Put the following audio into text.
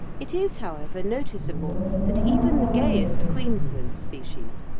it is, however, noticeable that even the gayest queensland species,